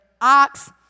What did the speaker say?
ox